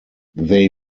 they